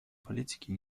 политики